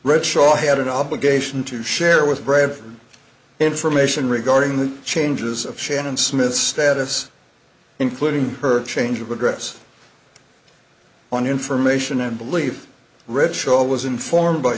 read shaw had an obligation to share with bradford information regarding the changes of shannon smith's status including her change of address on information and believe richo was informed by